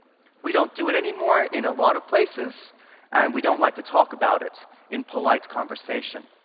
we don't do it anymore in a lot of places and we don't like to talk about it in political conversation.